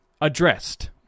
addressed